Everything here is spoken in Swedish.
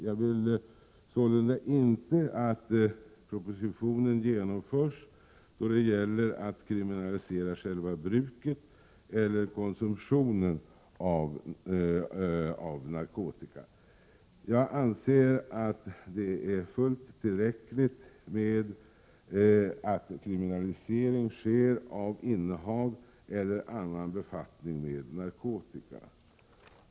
Jag vill sålunda inte att förslagen i propositionen genomförs när det gäller att kriminalisera själva bruket eller konsumtionen av narkotika. Jag anser att det är fullt tillräckligt med kriminalisering av innehav eller annan befattning med narkotika.